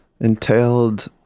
entailed